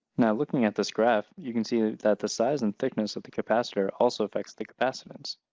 now looking at this graph, you can see that the size and thickness of the capacitor also affects the capacitance.